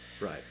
Right